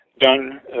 done